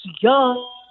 young